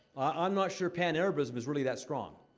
i'm not sure pan-arabism is really that strong.